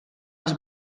els